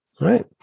right